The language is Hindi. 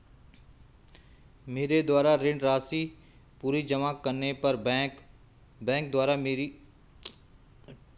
मेरे द्वारा ऋण राशि पूरी जमा करने पर बैंक द्वारा मेरी राशि की छूट को तुरन्त मेरे खाते में डाल दी जायेगी?